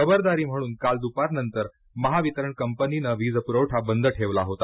खबरदारी म्हणून काल दुपारनंतर महावितरण कंपनीने वीजपुरवठा बंद ठेवला होता